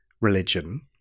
religion